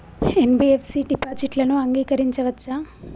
NBFC డిపాజిట్లను అంగీకరించవచ్చా?